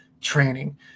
training